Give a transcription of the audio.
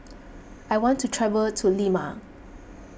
I want to travel to Lima